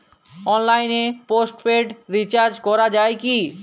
অনলাইনে postpaid recharge করা যায় কি?